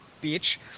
beach